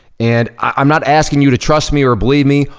and i'm not asking you to trust me or believe me.